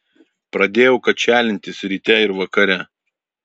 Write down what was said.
pradėjau kačialintis ryte ir vakare